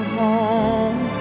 home